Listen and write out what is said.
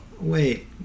wait